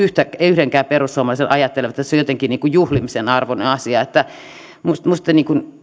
yhdenkään perussuomalaisen ajattelevan että tässä on jotenkin niin kuin juhlimisen arvoinen asia minusta